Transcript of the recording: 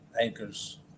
anchors